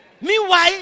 Meanwhile